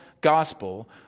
gospel